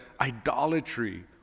idolatry